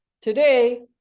today